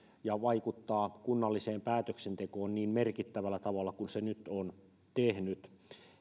ja vaikuttaa kunnalliseen päätöksentekoon niin merkittävällä tavalla kuin se nyt on tehnyt